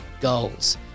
goals